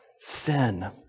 sin